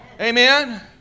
amen